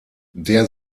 der